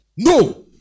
No